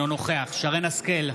אינה נוכח שרן מרים השכל,